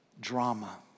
drama